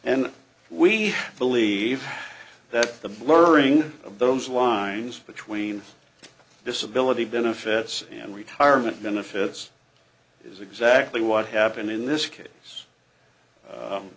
and we believe that the blurring of those lines between disability benefits and retirement benefits is exactly what happened in this case